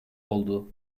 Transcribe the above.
oldu